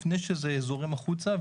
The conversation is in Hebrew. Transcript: לפני שזה זורם החוצה.